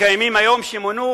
הקיימים היום, שמונו